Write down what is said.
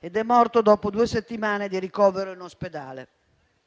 ed è morto dopo due settimane di ricovero in ospedale.